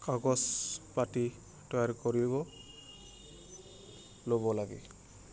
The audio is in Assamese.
কাগজ পাতি তৈয়াৰ কৰিব ল'ব লাগে